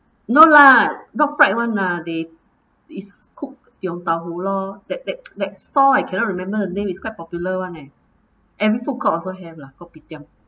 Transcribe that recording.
no lah not fried [one] lah they it's cooked yong tau foo lor that that that store I cannot remember the name is quite popular [one] eh and food court also have lah kopitiam